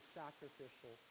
sacrificial